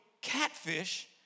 catfish